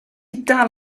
dal